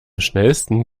schnellsten